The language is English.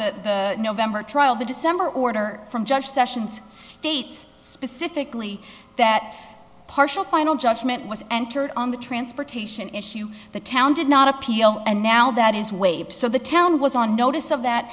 the november trial the december order from judge sessions states specifically that partial final judgment was entered on the transportation issue the town did not appeal and now that is waived so the town was on notice of that